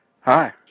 Hi